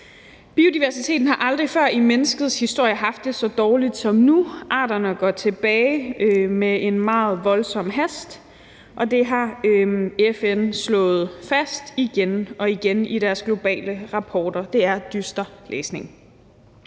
Biodiversiteten har aldrig før i menneskets historie haft det så dårligt som nu. Arterne går tilbage med en meget voldsom hast, og det har FN slået fast igen og igen i deres globale rapporter. Det er dyster læsning.